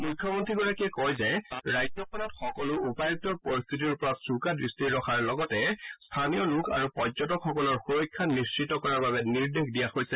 মুখ্যমন্ত্ৰীগৰাকীয়ে কয় যে ৰাজ্যখনত সকলো উপায়ুক্তক পৰিস্থিতিৰ ওপৰত চোকা দৃষ্টি ৰখাৰ লগতে স্থানীয় লোক আৰু পৰ্যটকসকলৰ সুৰক্ষা নিশ্চিত কৰাৰ বাবে নিৰ্দেশ দিয়া হৈছে